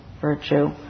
virtue